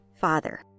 father